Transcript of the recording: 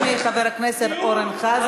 לא לא, זה הזמן של חברת הכנסת קארין אלהרר.